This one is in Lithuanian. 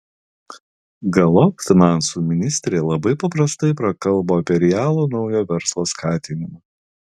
galop finansų ministrė labai paprastai prakalbo apie realų naujo verslo skatinimą